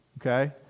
Okay